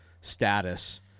status